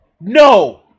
No